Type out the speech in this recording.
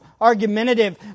argumentative